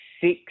six